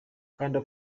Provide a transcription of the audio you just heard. kanda